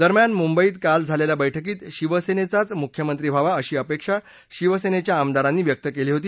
दरम्यान मुंबईत काल झालेल्या बैठकीत शिवसेनचाच मुख्यमंत्री व्हावा अशी अपेक्षा शिवसेनेच्या आमदारांनी व्यक्त केली होती